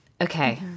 Okay